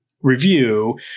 review